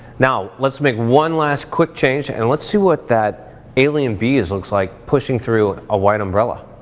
now, let's make one last quick change, and let's see what that alienbees looks like pushing through a white umbrella.